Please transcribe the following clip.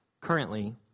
currently